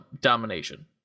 domination